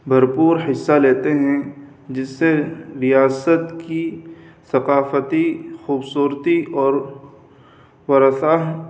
بھر پور حصہ لیتے ہیں جس سے ریاست کی ثقافتی خوبصورتی اور ورثہ